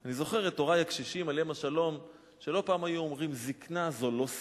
שאני חושב שגם כן לא באה